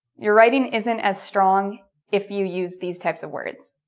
your writing isn't as strong if you use these types of words.